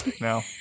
No